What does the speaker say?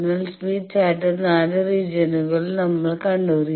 അതിനാൽ സ്മിത്ത് ചാർട്ടിൽ നാല് റീജിയൻനുകൾ നമ്മൾ കണ്ടു